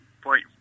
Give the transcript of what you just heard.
point